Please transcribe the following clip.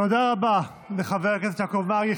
תודה רבה לחבר הכנסת יעקב מרגי.